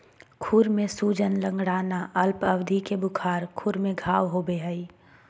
खुर में सूजन, लंगड़ाना, अल्प अवधि के बुखार, खुर में घाव होबे हइ